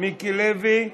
מיקי לוי.